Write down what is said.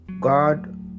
God